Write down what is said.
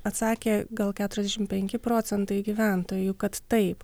atsakė gal keturiasdešimt penki procentai gyventojų kad taip